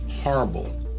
horrible